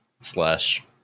slash